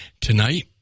tonight